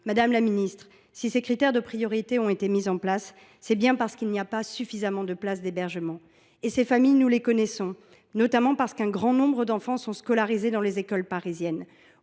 de Paris… Si ces critères de priorité ont été instaurés, c’est bien parce qu’il n’y a pas suffisamment de places d’hébergement d’urgence. Ces familles, nous les connaissons, notamment parce qu’un grand nombre d’enfants sont scolarisés dans les écoles parisiennes.